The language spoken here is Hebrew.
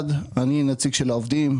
אני הנציג של העובדים.